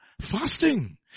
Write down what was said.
Fasting